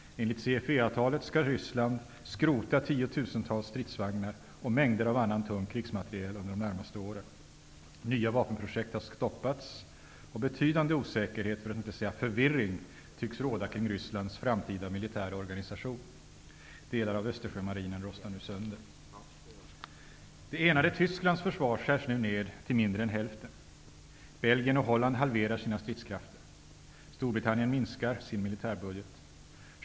Enligt CFE-avtalet skall Ryssland skrota tiotusentals stridsvagnar och mängder av annan tung krigsmateriel under de närmaste åren. Nya vapenprojekt har stoppats och betydande osäkerhet, för att inte säga förvirring, tycks råda kring Rysslands framtida militära organisation. Delar av Östersjömarinen rostar nu sönder. Det enade Tysklands försvar skärs nu ned till mindre än hälften. Belgien och Holland halverar sina stridskrafter. Storbritannien minskar sin militärbudget.